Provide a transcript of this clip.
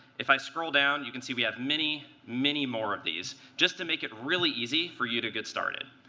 if i scroll down, you can see we have many, many more of these, just to make it really easy for you to get started.